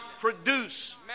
produce